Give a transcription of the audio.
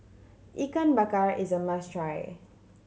Ikan Bakar is a must try